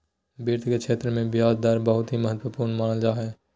वित्त के क्षेत्र मे ब्याज दर बहुत ही महत्वपूर्ण मानल जा हय